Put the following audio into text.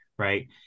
Right